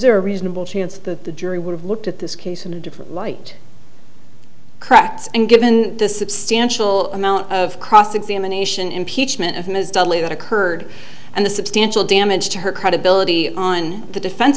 there a reasonable chance the jury would have looked at this case in a different light correct and given the substantial amount of cross examination impeachment of ms dudley that occurred and the substantial damage to her credibility on the defen